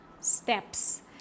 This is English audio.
steps